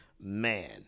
man